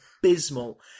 abysmal